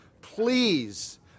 please